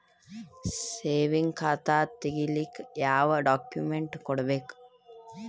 Savings ಖಾತಾ ತೇರಿಲಿಕ ಯಾವ ಡಾಕ್ಯುಮೆಂಟ್ ಕೊಡಬೇಕು?